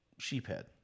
sheephead